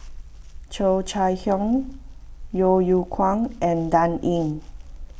Cheo Chai Hiang Yeo Yeow Kwang and Dan Ying